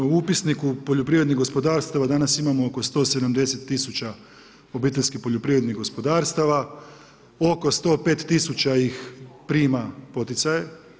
Upisniku u poljoprivrednih gospodarstava, danas imamo oko 170000 obiteljskih poljoprivrednih gospodarstava, oko 105000 ih prima poticaje.